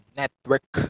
network